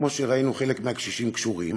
כמו שראינו שחלק מהקשישים קשורים,